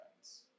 friends